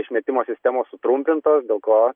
išmetimo sistemos sutrumpintos dėl ko